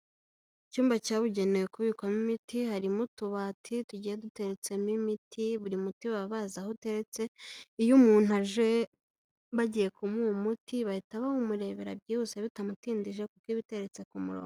Icyumba cyabugenewe kubikwamo imiti, harimo utubati tugiye duteretsemo imiti, buri muti baba bazi aho uteretse, iyo umuntu aje bagiye kumuha umuti bahita bawumurebera byihuse bitamutindije kuko iba iteretse ku murongo.